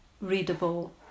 readable